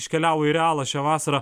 iškeliauja į realą šią vasarą